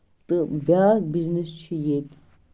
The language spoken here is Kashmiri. تہٕ بیاکھ بِزنٮ۪س چھُ ییٚتہِ